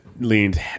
leaned